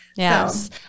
Yes